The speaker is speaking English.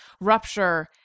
rupture